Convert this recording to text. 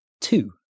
Two